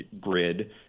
grid